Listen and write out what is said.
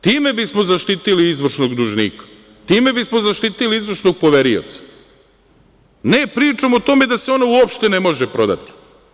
Time bismo zaštitili izvršnog dužnika, time bismo zaštitili izvršnog poverioca, ne pričom o tome da se ono uopšte ne može prodati.